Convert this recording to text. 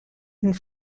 une